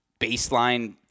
baseline –